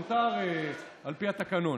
מותר על פי התקנון.